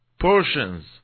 portions